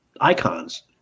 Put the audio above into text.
icons